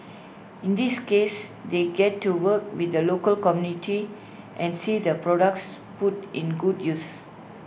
in this case they get to work with the local community and see their products put in good uses